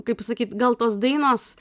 kaip pasakyt gal tos dainos